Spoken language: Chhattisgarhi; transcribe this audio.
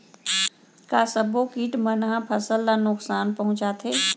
का सब्बो किट मन ह फसल ला नुकसान पहुंचाथे?